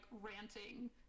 ranting